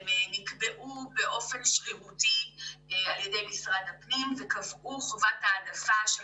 הם נקבעו באופן שרירותי על ידי משרד הפנים וקבעו חובת העדפה של